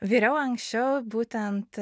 viriau anksčiau būtent